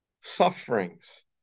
sufferings